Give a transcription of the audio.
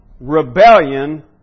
rebellion